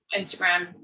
Instagram